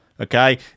Okay